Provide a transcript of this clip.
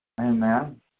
Amen